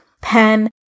pen